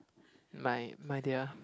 my my dear